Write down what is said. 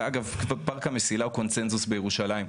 ודרך אגב פארק המסילה הוא קונצנזוס בירושלים,